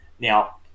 now